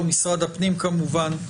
ממשרד הפנים כמובן,